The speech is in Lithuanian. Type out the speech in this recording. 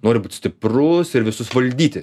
nori būt stiprus ir visus valdyti